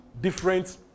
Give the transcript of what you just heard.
different